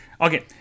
Okay